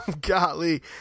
Golly